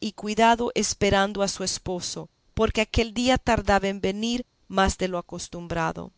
y cuidado esperando a su esposo porque aquel día tardaba en venir más de lo acostumbrado